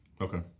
Okay